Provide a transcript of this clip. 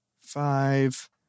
five